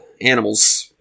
Animals